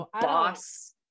boss